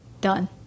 Done